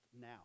now